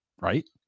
right